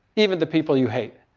even the people you hate.